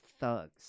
thugs